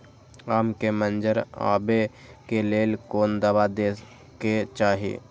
आम के मंजर आबे के लेल कोन दवा दे के चाही?